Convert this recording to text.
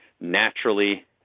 naturally